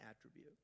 attribute